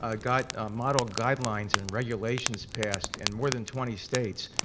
ah got model guidelines and regulations passed in more than twenty states.